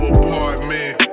apartment